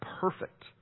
perfect